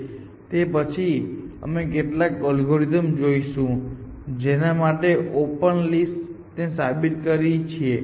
તે પછી અમે કેટલાક એલ્ગોરિધમ જોઈશું જેના માટે ઓપન લિસ્ટ ને સાબિત કરી છે